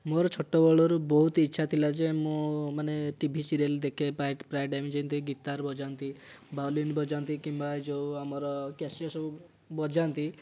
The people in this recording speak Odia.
ମୋର ଛୋଟବେଳରୁ ବହୁତ ଇଚ୍ଛା ଥିଲା ଯେ ମୁଁ ମାନେ ଟିଭି ସିରିଏଲ ଦେଖେ ପ୍ରାୟ ଟାଇମ ଯେମିତି ଗୀଟାର୍ ବଜାନ୍ତି ଭାଓଲିନ୍ ବଜାନ୍ତି କିମ୍ବା ଏ ଯେଉଁ ଆମର କ୍ୟାସିଓ ସବୁ ବଜାନ୍ତି